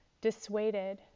dissuaded